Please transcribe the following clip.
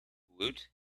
woot